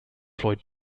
floyd